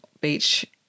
beach